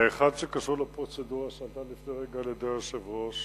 האחד קשור לפרוצדורה שהועלתה לפני רגע על-ידי היושב-ראש.